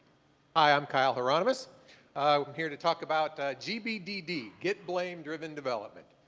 i'm kyle horonomus. i'm here to talk about g b d d. get blame driven development.